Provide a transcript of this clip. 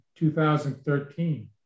2013